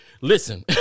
Listen